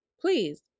Please